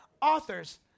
authors